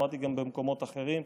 אמרתי גם במקומות אחרים,